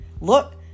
Look